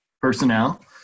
personnel